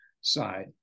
side